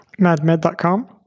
madmed.com